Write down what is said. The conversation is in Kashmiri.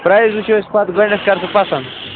پرایز وٕچھو أسۍ پتہٕ گۄڈٕنٮ۪تھ کَرٕ بہٕ پسنٛد